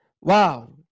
Wow